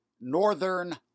Northern